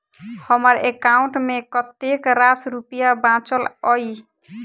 हम्मर एकाउंट मे कतेक रास रुपया बाचल अई?